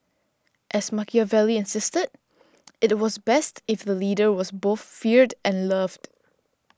as Machiavelli insisted it it was best if the leader was both feared and loved